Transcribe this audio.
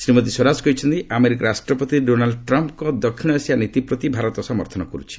ଶ୍ରୀମତୀ ସ୍ୱରାଜ କହିଛନ୍ତି ଆମେରିକା ରାଷ୍ଟ୍ରପତି ଡୋନାଲ୍ଚ ଟ୍ରମ୍ପ୍ଙ୍କ ଦକ୍ଷିଣ ଏସିଆ ନୀତିପ୍ରତି ଭାରତ ସମର୍ଥନ କରୁଛି